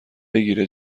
بگیره